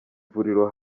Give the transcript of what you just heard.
ivuriro